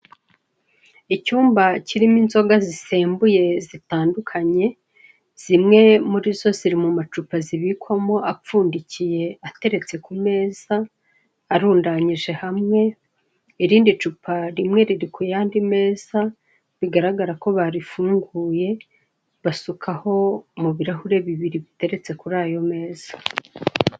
Icyumba kirimo inzoga zisembuye zitandukanye, zimwe muri zo ziri mu macupa zibikwamo apfundikiye ateretse ku meza, arundanyije hamwe, irindi cupa rimwe riri ku yandi meza bigaragara ko barifunguye basukaho mu birahure bibiri biteretse kuri ayo meza.